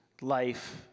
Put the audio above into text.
life